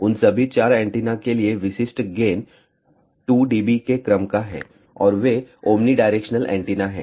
उन सभी 4 एंटीना के लिए विशिष्ट गेन 2 dB के क्रम का है और वे ओमनीडायरेक्शनल एंटीना हैं